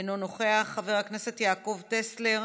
אינו נוכח, חבר הכנסת יעקב טסלר,